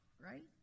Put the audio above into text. right